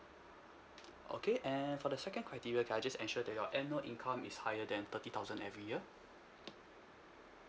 okay and for the second criteria can I just ensure that your annual income is higher than thirty thousand every year